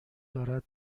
دارد